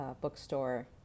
bookstore